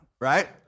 right